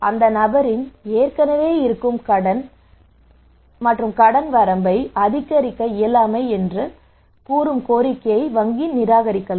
அந்த நபரின் ஏற்கனவே இருக்கும் கடன் மற்றும் கடன் வரம்பை அதிகரிக்க இயலாமை எனக் கூறும் கோரிக்கையை வங்கி நிராகரிக்கலாம்